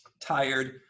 tired